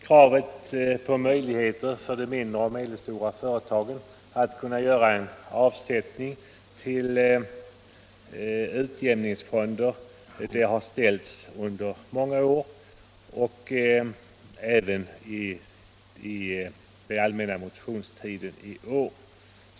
Kravet på möjlighet för de mindre och medelstora företagen att göra en utjämning mellan olika år har ställts under många år och även under den allmänna motionstiden i år.